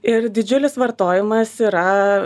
ir didžiulis vartojimas yra